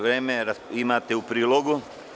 Vreme imate u prilogu.